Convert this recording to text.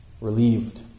relieved